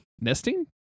Nesting